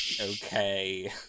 Okay